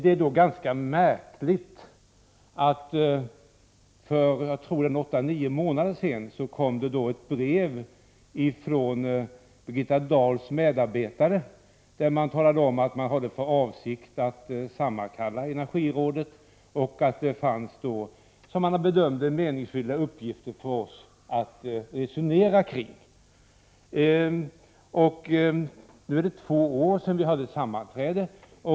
Det är då ganska märkligt att det för åtta nio månader sedan kom ett brev från Birgitta Dahls medarbetare, där man talade om att man hade för avsikt att sammankalla energirådet och att det fanns, som man bedömde det, meningsfulla uppgifter för rådet att resonera om. Nu är det två år sedan vi hade ett sammanträde.